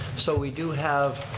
so we do have,